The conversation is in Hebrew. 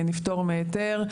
נפטור מהיתר.